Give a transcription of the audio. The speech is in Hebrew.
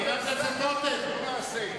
אנחנו נעשה.